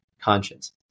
conscience